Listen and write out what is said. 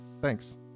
Thanks